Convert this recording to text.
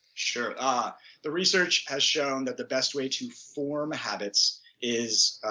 sure. ah the research has shown that the best way to form habits is, i